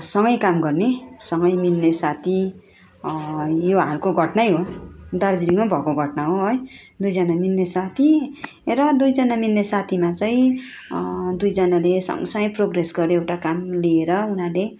सँगै काम गर्ने सँगै मिल्ने साथी यो हालको घट्नै हो दार्जिलिङमै भएको घट्ना हो है दुईजना मिल्ने साथी र दुईजना मिल्ने साथीमा चाहिँ दुईजनाले सँगसँगै प्रोग्रेस गर्यो एउटा काम लिएर उनीहरूले